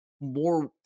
more –